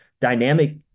dynamic